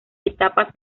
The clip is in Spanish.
etapas